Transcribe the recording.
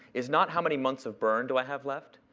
is not how many months of burn do i have left?